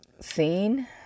seen